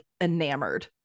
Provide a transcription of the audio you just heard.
enamored